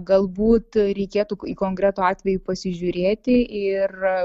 galbūt reikėtų į konkretų atvejį pasižiūrėti ir